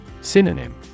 Synonym